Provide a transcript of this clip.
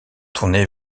tournée